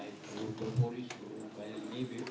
like maybe